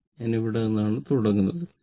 ഞാൻ ഇവിടെ നിന്നാണ് തുടങ്ങുന്നത്